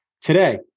today